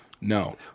No